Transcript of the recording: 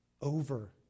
over